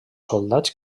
soldats